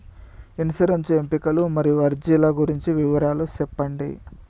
insurance ఎంపికలు మరియు అర్జీల గురించి వివరాలు సెప్పండి